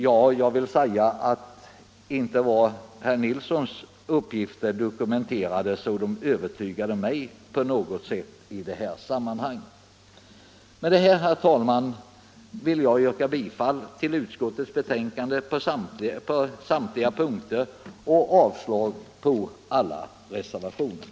Ja, jag vill säga att inte var herr Nilssons uppgifter dokumenterade så att de på något sätt övertygade mig. Med detta vill jag, herr talman, yrka bifall till utskottets hemställan på samtliga punkter, vilket innebär avslag på reservationerna.